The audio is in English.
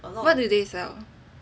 what do they